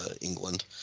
England